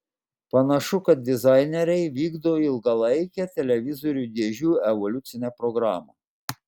panašu kad dizaineriai vykdo ilgalaikę televizorių dėžių evoliucine programa